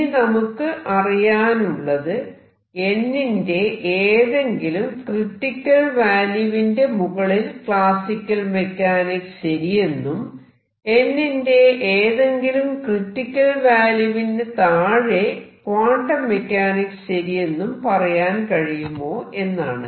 ഇനി നമുക്ക് അറിയാനുള്ളത് n ന്റെ ഏതെങ്കിലും ക്രിറ്റിക്കൽ വാല്യൂവിന്റെ മുകളിൽ ക്ലാസിക്കൽ മെക്കാനിക്സ് ശരിയെന്നും n ന്റെ ഏതെങ്കിലും ക്രിറ്റിക്കൽ വാല്യൂവിന്റെ താഴെ ക്വാണ്ടം മെക്കാനിക്സ് ശരിയെന്നും പറയാൻ കഴിയുമോ എന്നാണ്